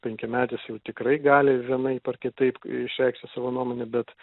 penkiametis jau tikrai gali vienaip ar kitaip išreikšti savo nuomonę bet